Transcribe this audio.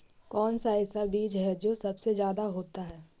कौन सा ऐसा बीज है जो सबसे ज्यादा होता है?